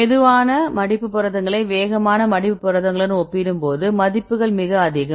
மெதுவான மடிப்பு புரதங்களைக் வேகமான மடிப்பு புரதங்களுடன் ஒப்பிடும்போது மதிப்புகள் மிக அதிகம்